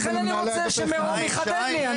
לכן אני רוצה שמירום יחדד לי.